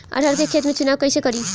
अरहर के खेत के चुनाव कईसे करी?